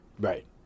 Right